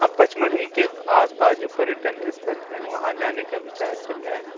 हँ पचमढ़ी के आसपास जो पर्यटन स्थल हैं वहाँ जाने का विचार चल रहा है